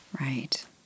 Right